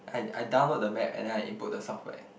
I I download the map and I input the software